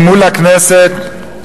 ממול לכנסת,